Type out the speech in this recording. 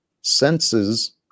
senses